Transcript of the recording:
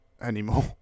anymore